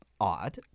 odd